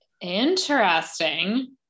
interesting